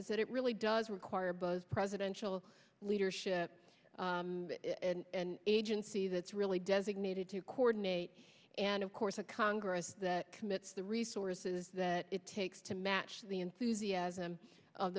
is that it really does require buzz presidential leadership and agency that's really designated to coordinate and of course a congress that commits the resources that it takes to match the enthusiasm of